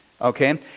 Okay